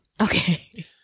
okay